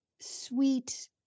sweet